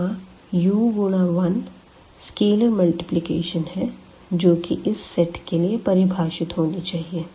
यहां u गुणा 1 scalar multiplication है जो कि इस सेट के लिए परिभाषित होनी चाहिए